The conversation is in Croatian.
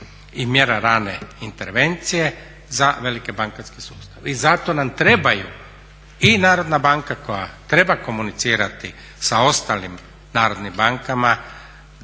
i mjera rane intervencije za velike bankarske sustave. I zato nam trebaju i Narodna banka koja treba komunicirati sa ostalim narodnim bankama